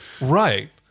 Right